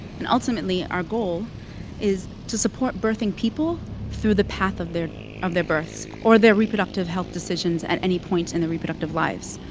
and ultimately, our goal is to support birthing people through the path of their of their births or their reproductive health decisions at any point in their reproductive lives.